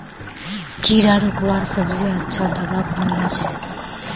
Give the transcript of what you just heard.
कीड़ा रोकवार सबसे अच्छा दाबा कुनला छे?